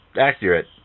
accurate